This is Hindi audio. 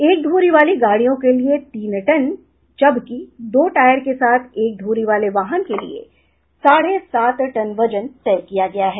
एक ध्री वाली गाड़ियों के लिए तीन टन जबकि दो टायर के साथ एक ध्री वाले वाहन के लिए साढ़े सात टन वजन तय किया गया है